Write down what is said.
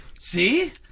See